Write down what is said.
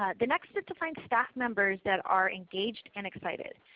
ah the next is to find staff members that are engaged and excited.